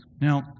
Now